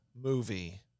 movie